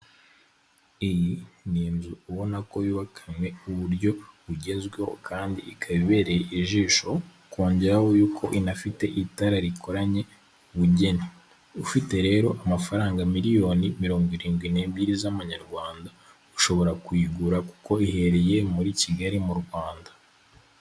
Iyi ni inzu ubona ko yubakanwe uburyo bugezweho kandi ikabereye ijisho, kongeraho yuko inafite itara rikoranye ubugeni. Ufite rero amafaranga miliyoni mirongo irindwi n'ebyiri z'amanyarwanda ushobora kuyigura, kuko iherereye muri Kigali, mu Rwanda.